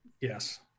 Yes